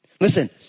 Listen